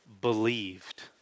believed